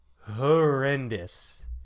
horrendous